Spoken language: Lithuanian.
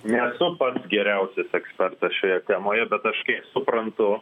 nesu pats geriausias ekspertas šioje temoje bet aš kiek suprantu